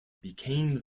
became